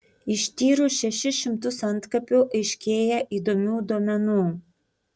ištyrus šešis šimtus antkapių aiškėja įdomių duomenų